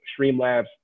Streamlabs